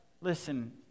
Listen